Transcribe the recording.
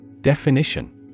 Definition